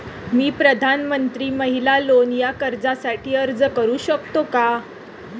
मी प्रधानमंत्री महिला लोन या कर्जासाठी अर्ज करू शकतो का?